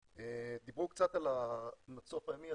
דיברו קצת על המצוף הימי.